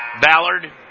Ballard